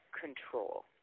control